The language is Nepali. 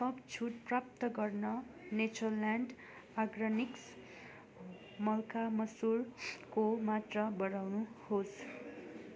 थप छुटप्राप्त गर्न नेचरल्यान्ड अर्ग्यानिक्स मल्का मसुरको मात्रा बढाउनुहोस्